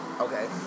Okay